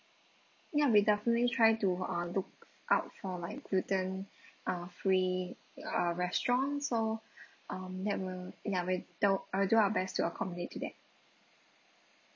ya we definitely try to uh look out for like gluten uh free uh restaurant so um that will ya we'll that'll I'll do our best to accommodate to that